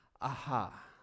Aha